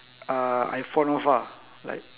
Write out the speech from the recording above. uh I fond of ah like